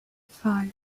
five